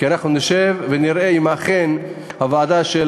כי אנחנו נשב ונראה אם אכן הוועדה של